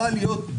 עליך.